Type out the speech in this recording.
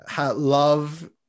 Love